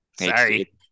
Sorry